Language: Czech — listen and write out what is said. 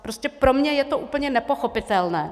Prostě pro mě je to úplně nepochopitelné.